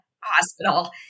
hospital